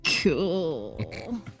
cool